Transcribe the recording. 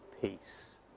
peace